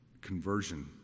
conversion